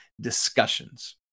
discussions